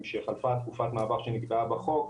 משחלפה תקופת המעבר שנקבעה בחוק,